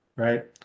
Right